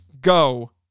Go